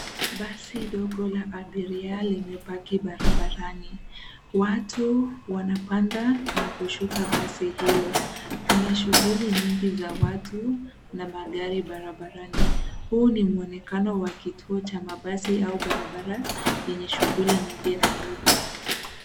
Basi dogo la abiria limepaki barabarani. Watu wanapanda na kushuka basi hilo, kuna shughuli nyingi za watu na magari barabarani. Huu ni muonekano wa wa kituo cha mabasi au barabara yenye shughuli nyingi Nairobi.